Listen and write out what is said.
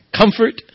comfort